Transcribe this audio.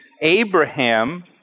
Abraham